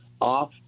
off